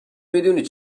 میدونی